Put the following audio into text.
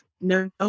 no